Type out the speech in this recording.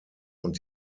und